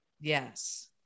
Yes